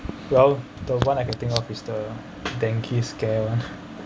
well the one I can think of is the damn scared one